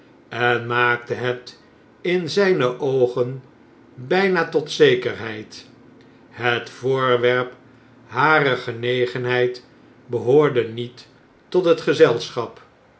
en maakte het in zijne oogen bijna tot zekerheid het voorwerp harer genegenheid behoorde niet tot het gezelschap